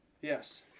Yes